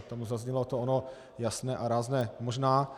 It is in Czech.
Tam zaznělo to ono jasné a rázné možná.